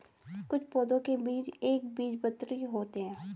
कुछ पौधों के बीज एक बीजपत्री होते है